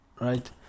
right